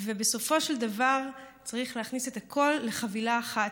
בסופו של דבר צריך להכניס את הכול לחבילה אחת,